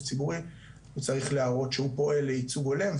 ציבורי הוא צריך להראות שהוא פועל לייצוג הולם,